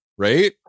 Right